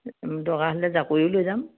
দৰকাৰ হ'লে জাকৈও লৈ যাম